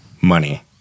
money